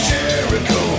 Jericho